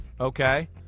okay